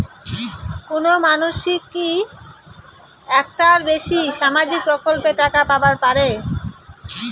কোনো মানসি কি একটার বেশি সামাজিক প্রকল্পের টাকা পাবার পারে?